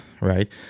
right